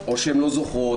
או שהן לא זוכרות,